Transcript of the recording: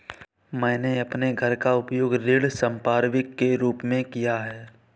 मैंने अपने घर का उपयोग ऋण संपार्श्विक के रूप में किया है